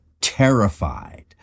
terrified